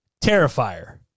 terrifier